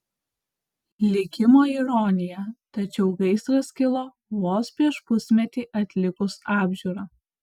likimo ironija tačiau gaisras kilo vos prieš pusmetį atlikus apžiūrą